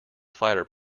fighter